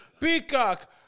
Peacock